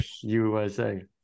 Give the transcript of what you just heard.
USA